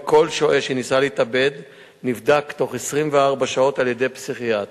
וכל שוהה שניסה להתאבד נבדק בתוך 24 שעות על-ידי פסיכיאטר.